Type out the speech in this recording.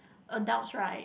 adults right